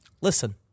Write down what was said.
listen